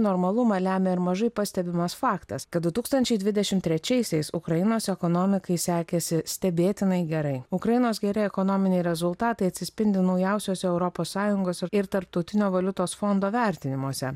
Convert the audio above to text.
normalumą lemia ir mažai pastebimas faktas kad du tūkstančiai dvidešim trečiaisiais ukrainos ekonomikai sekėsi stebėtinai gerai ukrainos geri ekonominiai rezultatai atsispindi naujausiose europos sąjungos ir tarptautinio valiutos fondo vertinimuose